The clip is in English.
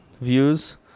views